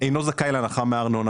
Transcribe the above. אינו זכאי להנחה מארנונה,